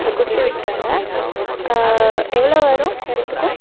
அது கொடுத்து விட்டிருங்க எவ்வளோ வரும் ரெண்டுத்துக்கும்